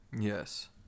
Yes